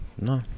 No